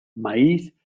maíz